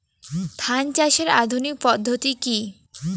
ধান চাষের আধুনিক পদ্ধতি কি?